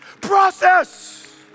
Process